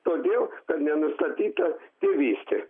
todėl kad nenustatyta tėvystė